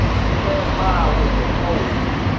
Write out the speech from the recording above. stand by with the pole.